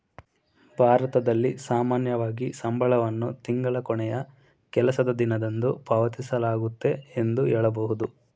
ಭಾರತದಲ್ಲಿ ಸಾಮಾನ್ಯವಾಗಿ ಸಂಬಳವನ್ನು ತಿಂಗಳ ಕೊನೆಯ ಕೆಲಸದ ದಿನದಂದು ಪಾವತಿಸಲಾಗುತ್ತೆ ಎಂದು ಹೇಳಬಹುದು